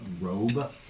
robe